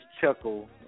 chuckle